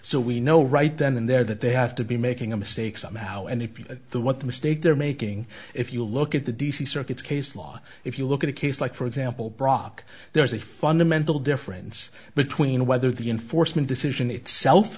so we know right then they're that they have to be making a mistake somehow and if the what the mistake they're making if you look at the d c circuit case law if you look at a case like for example brock there is a fundamental difference between whether the enforcement decision itself